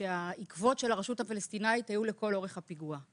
עקבות הרשות הפלסטינית היו לכל אורך הפיגוע.